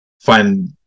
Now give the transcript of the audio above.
find